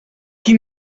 qui